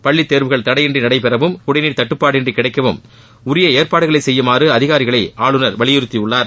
பள்ளி தேர்வுகள் தடையின்றி நடைபெறவும் குடிநீர் தட்டுப்பாடின்றி கிடைக்கவும் உரிய ஏற்பாடுகளை செய்யுமாறு அதிகாரிகளை ஆளுநர் வலியுறுத்தியுள்ளார்